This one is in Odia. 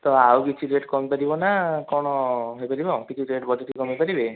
ତ ଆଉ କିଛି ରେଟ୍ କମିପାରିବନା କ'ଣ ହେଇପାରିବ ଟିକିଏ ରେଟ୍ ବଜେଟ କମେଇପାରିବେ